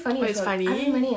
oh it's funny